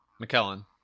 McKellen